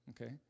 Okay